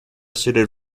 suited